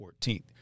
14th